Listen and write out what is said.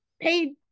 paid